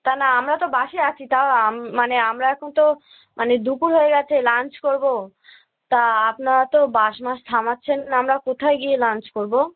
তাহলে আমরা তো বাসে আছি তাও মানে আমরা এখন তো মানে দুপুর হয়ে গেছে লাঞ্চ করবো তা আপনারা তো বাস মাস থামাচ্ছেন না আমরা কোথায় গিয়ে লাঞ্চ করবো